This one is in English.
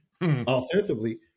Offensively